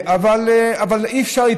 אבל אי-אפשר,